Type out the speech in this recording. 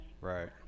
Right